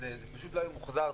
זה פשוט לא ימוחזר,